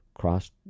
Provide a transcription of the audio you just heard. Cross